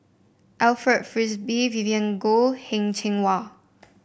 Alfred Frisby Vivien Goh Heng Cheng Hwa